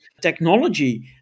Technology